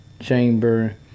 chamber